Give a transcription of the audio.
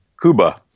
Cuba